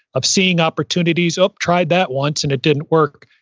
of seeing opportunities, oop, tried that once and it didn't work.